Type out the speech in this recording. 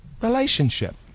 relationship